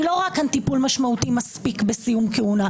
אבל אני לא רואה כאן טיפול מספיק משמעותי בסיום כהונה.